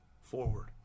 forward